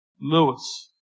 Lewis